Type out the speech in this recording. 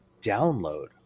download